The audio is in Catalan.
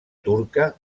turca